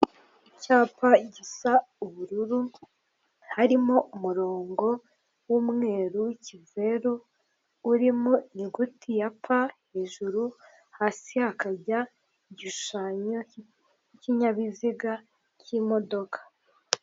Icyapa gisa ubururu harimo umurongo w'umweruru w'ikizeru urimo inyuguti ya pa hejuru, hasi hakajya igishushanyo kinyabiziga cy'imodoka.